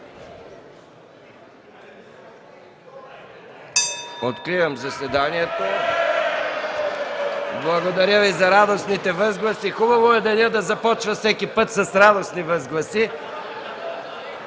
и реплики.) Благодаря Ви за радостните възгласи. Хубаво е денят да започва всеки път с радостни възгласи.